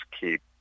keep